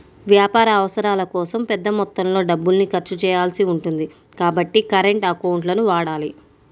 వ్యాపార అవసరాల కోసం పెద్ద మొత్తంలో డబ్బుల్ని ఖర్చు చేయాల్సి ఉంటుంది కాబట్టి కరెంట్ అకౌంట్లను వాడాలి